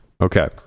Okay